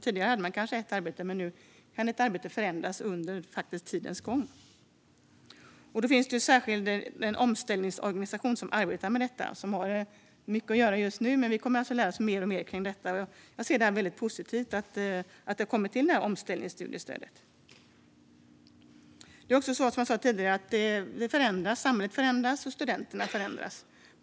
Tidigare hade man ett arbete, men nu kan arbetet förändras under tidens gång. Det finns en särskild omställningsorganisation som arbetar med dessa frågor. De har mycket att göra just nu, men vi kommer att lära oss mer och mer. Det är positivt att omställningsstudiestödet har införts. Samhället förändras och studenterna förändras.